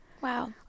Wow